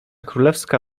królewska